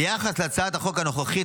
ביחס להצעת החוק הנוכחית,